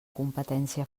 competència